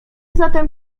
zatem